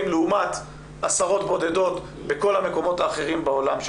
לעומת עשרות בודדות בכל המקומות האחרים בעולם,